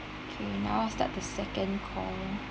okay now I'll start the second call